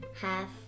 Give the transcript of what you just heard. half